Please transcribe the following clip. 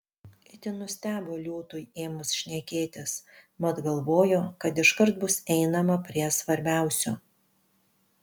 itin nustebo liūtui ėmus šnekėtis mat galvojo kad iškart bus einama prie svarbiausio